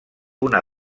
una